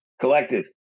Collective